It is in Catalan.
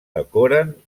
decoren